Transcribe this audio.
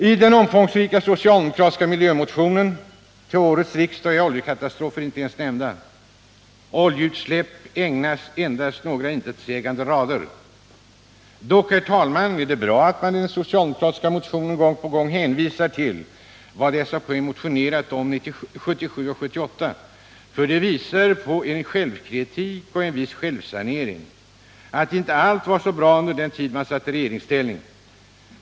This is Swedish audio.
I den omfångsrika socialdemokratiska miljömotionen till årets riksdag är oljekatastrofer inte ens nämnda. Oljeutsläpp ägnas endast några intetsägande rader, Dock, herr talman, är det bra att man i den socialdemokratiska motionen gång på gång hänvisar till vad SAP motionerat om 1977/78. Det visar på en viss självkritik och en viss självsanering, att inte allt var så bra under den tid man satt i regeringsställning.